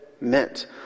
meant